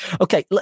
Okay